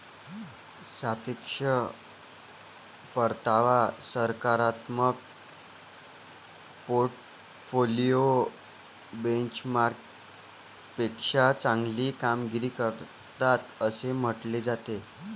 सापेक्ष परतावा सकारात्मक पोर्टफोलिओ बेंचमार्कपेक्षा चांगली कामगिरी करतात असे म्हटले जाते